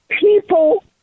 people